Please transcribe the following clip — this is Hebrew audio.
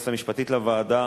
ליועצת המשפטית לוועדה,